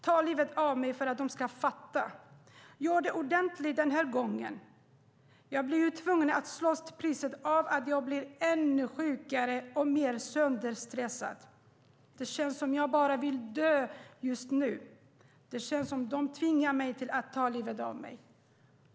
Ta livet av mig för att de ska fatta? Göra det ordentligt den här gången? Jag blir ju tvungen att slåss till priset av att jag blir ännu sjukare och mer sönderstressad. Det känns som jag bara vill dö just nu. Det känns som de tvingar mig till att ta livet av mig."